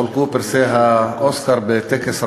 חולקו פרסי האוסקר בטקס רב-רושם.